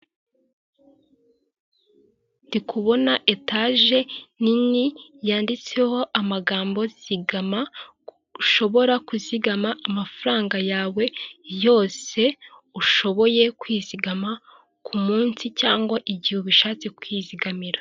Ndi kubona etaje nini yanditseho amagambo zigama, ushobora kuzigama amafaranga yawe yose ushoboye kwizigama ku munsi cyangwa igihe ubishatse ukizigamira.